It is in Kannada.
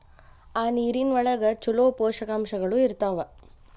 ಆ ನೇರಿನ ಒಳಗ ಚುಲೋ ಪೋಷಕಾಂಶಗಳು ಇರ್ತಾವ